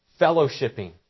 fellowshipping